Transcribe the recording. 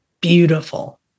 beautiful